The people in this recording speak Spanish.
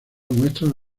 muestra